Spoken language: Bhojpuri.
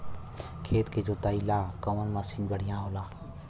खेत के जोतईला कवन मसीन बढ़ियां होला?